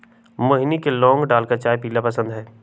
मोहिनी के लौंग डालकर चाय पीयला पसंद हई